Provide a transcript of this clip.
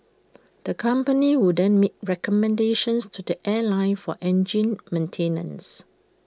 the company would then make recommendations to the airline for engine maintenance